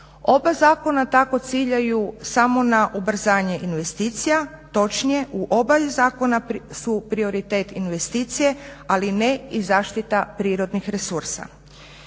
Oba zakona tako ciljaju samo na ubrzanje investicija, točnije u oba zakona su prioritet investicije ali ne i zaštita prirodnih resursa.